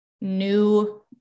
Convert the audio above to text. new